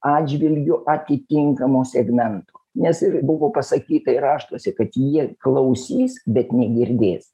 atžvilgiu atitinkamo segmento nes ir buvo pasakyta ir raštuose kad jie klausys bet negirdės